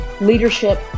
leadership